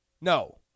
No